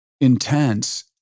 intense